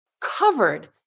covered